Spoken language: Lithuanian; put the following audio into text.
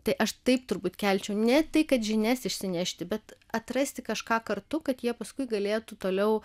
tai aš taip turbūt kelčiau ne tai kad žinias išsinešti bet atrasti kažką kartu kad jie paskui galėtų toliau